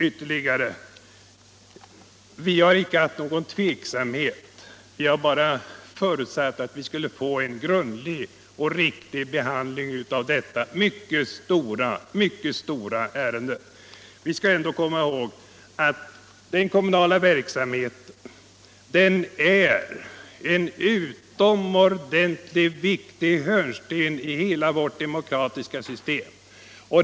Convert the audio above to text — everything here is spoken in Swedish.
Ytterligare vill jag säga att vi icke har känt någon tveksamhet. Vi har bara förutsatt att vi skulle få en grundlig och riktig behandling av detta mycket stora ärende. Vi skall komma ihåg att den kommunala verksamheten är en utomordentligt viktig hörnsten i hela vårt demokratiska system.